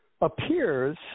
appears